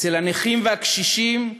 אצל הנכים והקשישים,